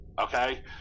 okay